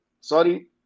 Sorry